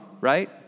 right